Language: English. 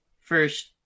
first